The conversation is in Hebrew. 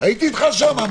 הייתי איתך שם.